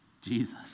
Jesus